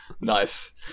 Nice